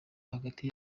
hagati